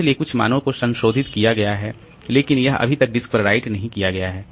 इसलिए कुछ मानों को संशोधित किया गया है लेकिन यह अभी तक डिस्क पर राइट नहीं किया गया है